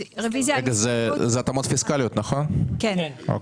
הצבעה הרוויזיה לא אושרה.